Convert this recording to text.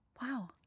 Wow